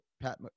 Pat